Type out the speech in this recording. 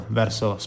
verso